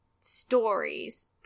stories